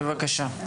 בבקשה.